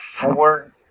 four